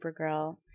Supergirl